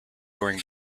during